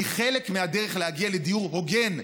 כי חלק מהדרך להגיע לדיור הוגן,